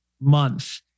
month